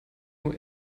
nur